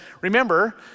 remember